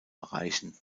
erreichen